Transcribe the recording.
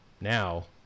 Now